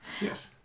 yes